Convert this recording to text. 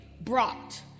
brought